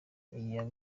iya